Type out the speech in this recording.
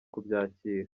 kubyakira